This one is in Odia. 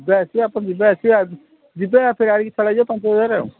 ଯିବା ଆସିବା ଆପଣ ଯିବା ଆସିବା ଯିବା ଆସିବା